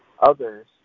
others